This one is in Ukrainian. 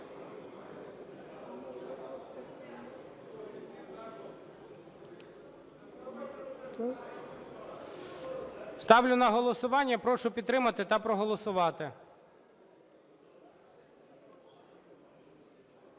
Ставлю на голосування і прошу підтримати та проголосувати.